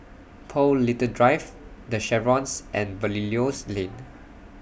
Paul Little Drive The Chevrons and Belilios Lane